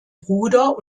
bruder